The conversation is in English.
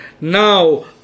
Now